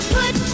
put